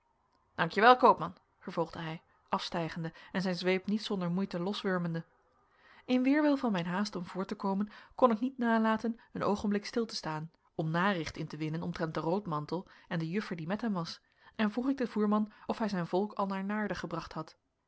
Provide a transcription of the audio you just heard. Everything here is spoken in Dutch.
koopman vervolgde hij afstijgende en zijn zweep niet zonder moeite loswurmende in weerwil van mijn haast om voort te komen kon ik niet nalaten een oogenblik stil te staan om naricht in te winnen omtrent den roodmantel en de juffer die met hem was en vroeg ik den voerman of hij zijn volk al naar naarden gebracht had